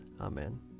Amen